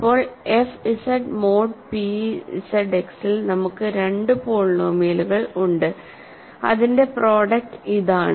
ഇപ്പോൾ f Z mod p ZX ൽ നമുക്ക് രണ്ട് പോളിനോമിയലുകൾ ഉണ്ട് അതിന്റെ പ്രോഡക്ട് ഇതാണ്